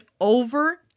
over